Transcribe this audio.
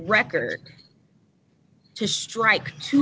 record to strike to